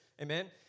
Amen